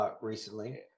Recently